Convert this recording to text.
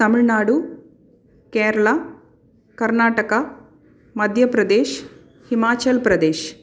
Tamil Nadu Kerala Karnataka Madhya Pradesh Himachal Pradesh